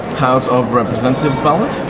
house of representatives ballot.